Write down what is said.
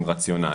עם רציונל.